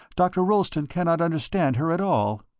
dr. rolleston cannot understand her at all.